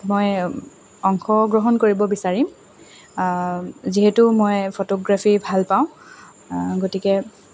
মই অংশগ্ৰহণ কৰিব বিচাৰিম যিহেতু মই ফটোগ্ৰাফি ভালপাওঁ গতিকে